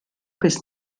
bis